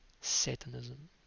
Satanism